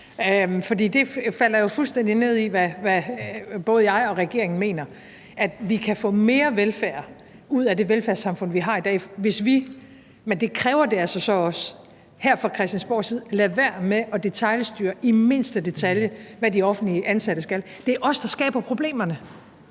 det falder jo fuldstændig ned i, hvad både jeg og regeringen mener, nemlig at vi kan få mere velfærd ud af det velfærdssamfund, vi har i dag, hvis vi – men det kræver det altså så også – her fra Christiansborgs side lader være med at detailstyre i mindste detalje, hvad de offentligt ansatte skal. Det er os, der skaber problemerne.